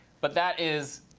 but that is